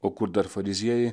o kur dar fariziejai